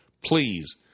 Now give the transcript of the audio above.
please